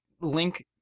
Link